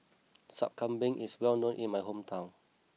Sup Kambing is well known in my hometown